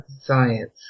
Science